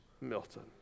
Milton